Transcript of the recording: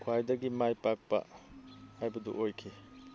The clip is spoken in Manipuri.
ꯈ꯭ꯋꯥꯏꯗꯒꯤ ꯃꯥꯏ ꯄꯥꯛꯄ ꯍꯥꯏꯕꯗꯨ ꯑꯣꯏꯈꯤ